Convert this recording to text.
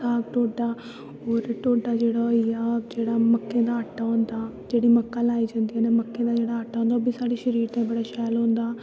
साग ढोडा और ढोडा जेह्ड़ा होई गेआ जेह्ड़ा मक्कें दा आटा होंदा जेह्ड़ी मक्कां लाई दियांं होंदियां न मक्कें दा जेह्ड़ा आटा होंदा ओह् बी साढ़े शरीर ताईं बड़ा शैल होंदा